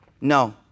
No